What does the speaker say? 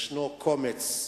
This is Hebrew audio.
ישנו קומץ,